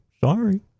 sorry